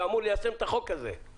שאמור ליישם את החוק הזה.